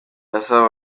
ndasaba